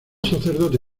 sacerdote